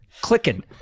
clicking